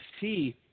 see –